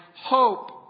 hope